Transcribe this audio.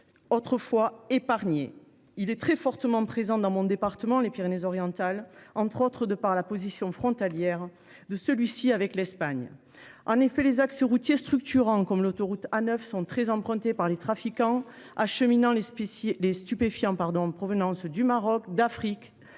autrefois épargnées. Il est très fortement présent dans mon département, les Pyrénées Orientales, notamment en raison de la position frontalière de celui ci avec l’Espagne. En effet, les axes routiers structurants, comme l’autoroute A9, sont très empruntés par les trafiquants, acheminant les stupéfiants provenant du Maroc, d’Afrique